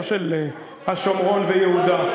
לא של השומרון ויהודה,